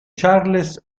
charles